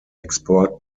export